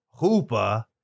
Hoopa